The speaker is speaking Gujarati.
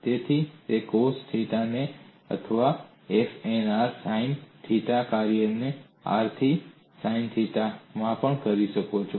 તેથી તે કોસ થિટા છે અથવા તમે f 1 r સાઈન થિટા કાર્યને r થી સાઈન થિટામાં પણ કરી શકો છો